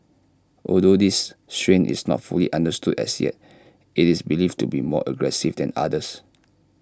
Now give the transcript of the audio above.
although this strain is not fully understood as yet IT is believed to be more aggressive than others